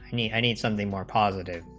any i mean something more positive